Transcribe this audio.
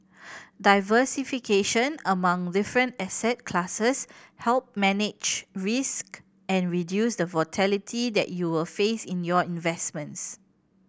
diversification among different asset classes help manage risk and reduce the volatility that you will face in your investments